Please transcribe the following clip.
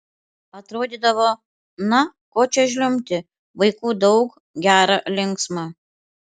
atrodydavo na ko čia žliumbti vaikų daug gera linksma